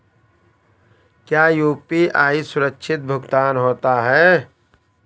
क्या यू.पी.आई सुरक्षित भुगतान होता है?